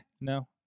no